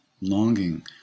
longing